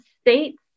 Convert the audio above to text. states